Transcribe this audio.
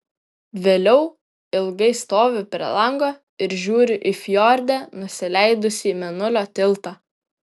vėliau ilgai stoviu prie lango ir žiūriu į fjorde nusileidusį mėnulio tiltą